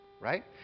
Right